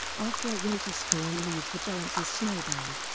after a winter storm leaves the torrances snowbound,